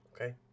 Okay